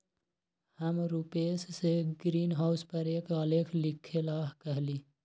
हम रूपेश से ग्रीनहाउस पर एक आलेख लिखेला कहली